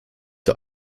der